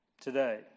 today